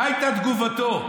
מה הייתה תגובתו?